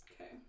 Okay